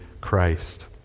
Christ